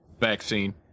vaccine